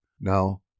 Now